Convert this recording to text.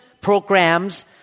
programs